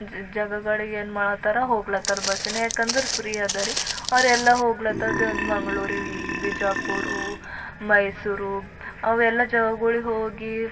ಜ ಜಾಗಗಳು ಏನು ಮಾಡಾತ್ತಾರ ಹೋಗ್ಲಾತ್ತಾರ ಬಸ್ಸಿನ ಯಾಕಂದ್ರೆ ಫ್ರೀ ಅದರಿ ಅವ್ರೆಲ್ಲ ಹೋಗ್ಲಾತ್ತಾರ ಮಂಗ್ಳೂರಿಗೆ ಬಿಜಾಪುರ ಮೈಸೂರು ಅವೆಲ್ಲ ಜಾಗಗಳಿಗೆ ಹೋಗಿ